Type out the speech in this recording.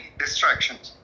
distractions